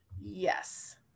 Yes